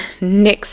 next